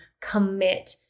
commit